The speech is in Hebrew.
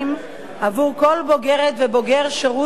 עבור כל בוגרת ובוגר שירות צבאי,